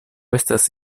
estas